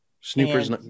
Snoopers